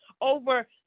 over